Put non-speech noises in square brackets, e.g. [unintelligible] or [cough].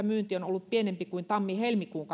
[unintelligible] myynti on ollut pienempi kuin tammi helmikuun [unintelligible]